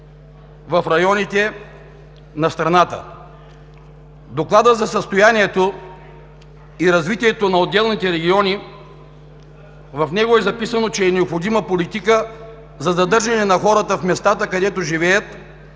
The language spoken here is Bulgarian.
в районите на страната. В доклада за състоянието и развитието на отделните региони е записано, че е необходима политика за задържане на хората в местата, където живеят